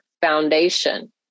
foundation